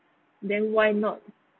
then why not